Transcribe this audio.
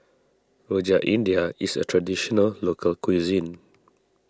Rojak India is a Traditional Local Cuisine